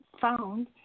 found